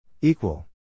Equal